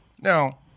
Now